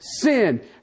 sin